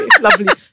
Lovely